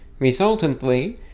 resultantly